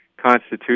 constitution